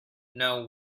know